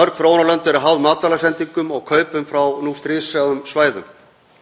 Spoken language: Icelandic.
Mörg þróunarlönd eru háð matvælasendingum og kaupum frá nú stríðshrjáðum svæðum.